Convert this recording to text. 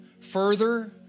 further